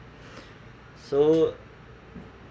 so